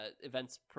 events